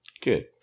Good